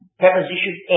preposition